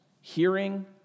hearing